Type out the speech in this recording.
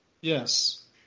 Yes